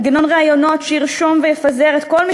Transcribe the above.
מנגנון ראיונות שירשום ויפזר את כל מי